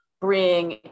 bring